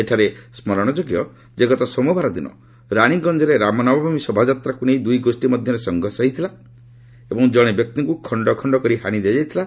ଏଠାରେ ସ୍କରଣଯୋଗ୍ୟ ଗତ ସୋମବାର ଦିନ ରାଣୀଗଞ୍ଜରେ ରାମନବମୀ ଶୋଭାଯାତ୍ରାକୁ ନେଇ ଦୁଇ ଗୋଷ୍ଠୀ ମଧ୍ୟରେ ସଂଘର୍ଷ ହୋଇଥିଲା ଏବଂ ଜଣେ ବ୍ୟକ୍ତିଙ୍କୁ ଖଣ୍ଡ ଖଣ୍ଡ କରି ହାଣି ଦିଆଯାଇଥିଲା